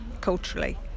culturally